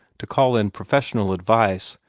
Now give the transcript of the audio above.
to call in professional advice,